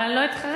אבל אני לא אתחרט,